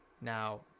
Now